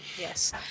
Yes